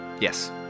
Yes